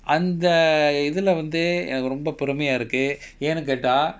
அந்த இதுல வந்து எனக்கு ரொம்ப பெருமயா இருக்கு ஏன்னு கேட்டா:antha ithula vanthu enakku romba perumaya iruku yaennu keta